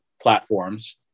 platforms